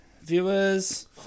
viewers